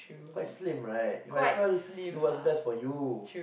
quite slim right you might as well do what's best for you